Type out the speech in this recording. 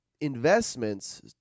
investments